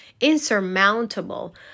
insurmountable